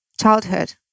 childhood